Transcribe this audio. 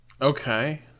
Okay